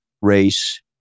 race